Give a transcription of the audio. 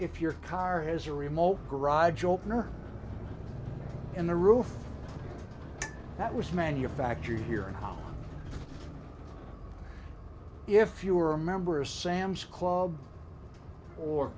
if your car has a remote garage opener in the roof that was manufactured here if you are a member of sam's club or